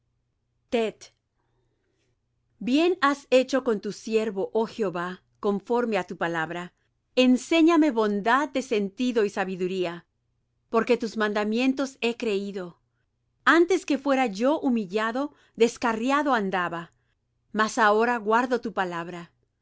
bien has hecho con tu siervo oh jehová conforme á tu palabra enséñame bondad de sentido y sabiduría porque tus mandamientos he creído antes que fuera yo humillado descarriado andaba mas ahora guardo tu palabra